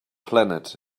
planet